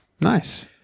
Nice